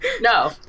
no